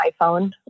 iPhone